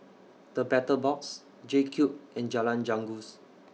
The Battle Box JCube and Jalan Janggus